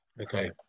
okay